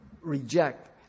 reject